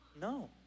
No